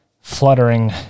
fluttering